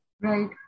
Right